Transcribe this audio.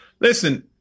listen